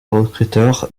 recruteur